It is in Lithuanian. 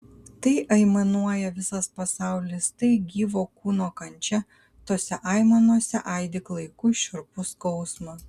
tai aimanuoja visas pasaulis tai gyvo kūno kančia tose aimanose aidi klaikus šiurpus skausmas